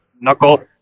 knuckle